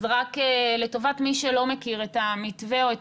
אז רק לטובת מי שלא מכיר את המתווה או את